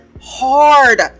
hard